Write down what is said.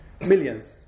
millions